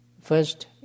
first